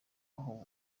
aho